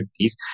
piece